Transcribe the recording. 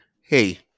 Hey